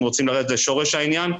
אם רוצים לרדת לשורש העניין,